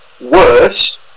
worse